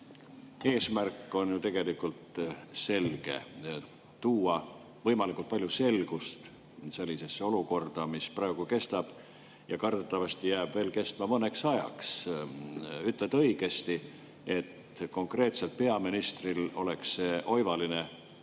eesmärk on ju tegelikult selge: tuua võimalikult palju selgust sellisesse olukorda, mis praegu kestab ja kardetavasti jääb veel kestma mõneks ajaks. Ütled õigesti, et konkreetselt peaministril oleks see oivaline võimalus